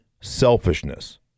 selfishness